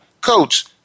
Coach